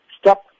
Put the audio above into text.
Stop